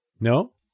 No